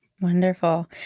Wonderful